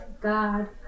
God